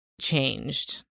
changed